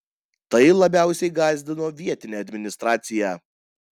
tai labiausiai gąsdino vietinę administraciją